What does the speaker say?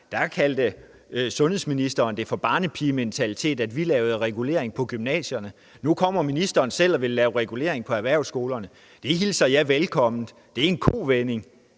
nuværende sundhedsminister det for barnepigementalitet, at vi lavede regulering på gymnasierne. Nu kommer ministeren selv og vil lave regulering på erhvervsskolerne. Det hilser jeg velkommen. Det er en kovending,